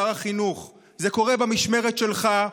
שר החינוך: זה קורה במשמרת שלך.